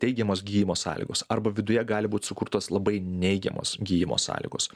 teigiamos gijimo sąlygos arba viduje gali būt sukurtos labai neigiamos gijimo sąlygos